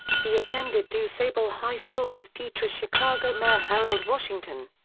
he attended dusable high school with future chicago mayor harold washington.